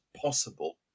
possible